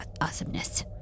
awesomeness